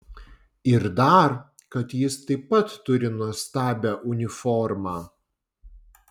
ir dar kad jis taip pat turi nuostabią uniformą